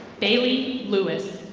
bailey louis.